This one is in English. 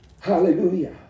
hallelujah